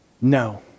no